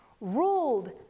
ruled